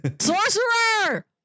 Sorcerer